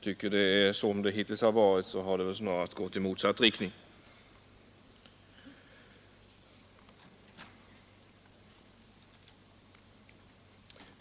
Som det varit hittills har det snarast gått i motsatt riktning.